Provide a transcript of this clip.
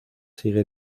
sigue